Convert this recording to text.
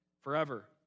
forever